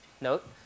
note